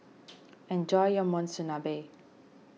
enjoy your Monsunabe